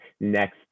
Next